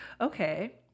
Okay